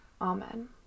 Amen